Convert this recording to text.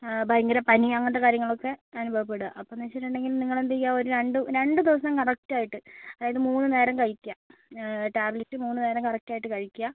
ഭയങ്കര പനി അങ്ങനത്തെ കാര്യങ്ങളൊക്കെ അനുഭവപ്പെടുക അപ്പം എന്ന് വെച്ചിട്ടുണ്ടെങ്കിൽ നിങ്ങളെന്ത് ചെയ്യുക ഒരു രണ്ട് രണ്ട് ദിവസം കറക്റ്റ് ആയിട്ട് അതായത് മൂന്ന് നേരം കഴിക്കുക ടാബ്ലെറ്റ് മൂന്ന് നേരം കറക്റ്റ് ആയിട്ട് കഴിക്കുക